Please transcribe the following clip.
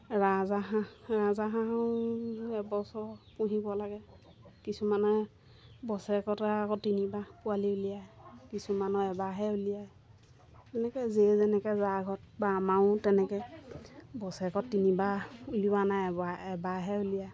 ৰাজহাঁহ ৰাজহাঁহো এবছৰ পুহিব লাগে কিছুমানে বছৰেকতে আকৌ তিনিবাহ পোৱালি উলিয়াই কিছুমানৰ এবাহহে উলিয়াই তেনেকৈ যিয়ে যেনেকৈ যাৰ ঘৰত বা আমাৰো তেনেকৈ বছৰেকত তিনিবাহ উলিওৱা নাই এবাহহে উলিয়াই